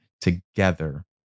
together